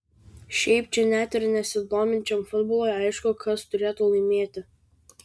šiaip čia net ir nesidominčiam futbolu aišku kas turėtų laimėti